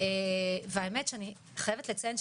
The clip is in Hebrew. והאמת שאני חייבת לציין,